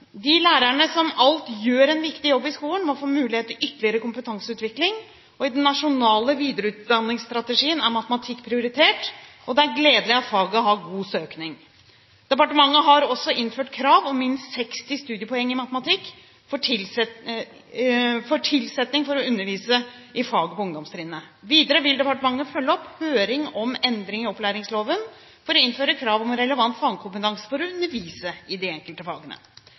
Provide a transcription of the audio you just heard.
De lærerne som alt gjør en viktig jobb i skolen, må få mulighet til ytterligere kompetanseutvikling. I den nasjonale videreutdanningsstrategien er matematikk prioritert, og det er gledelig at faget har god søkning. Departementet har også innført krav om minst 60 studiepoeng i matematikk for tilsetting for å undervise i faget på ungdomstrinnet. Videre vil departementet følge opp høring om endring i opplæringsloven for å innføre krav om relevant fagkompetanse for å undervise i de enkelte